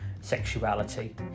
sexuality